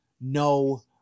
No